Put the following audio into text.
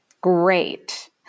Great